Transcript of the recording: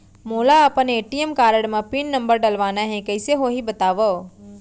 मोला अपन ATM card म पिन नंबर डलवाना हे कइसे होही बतावव?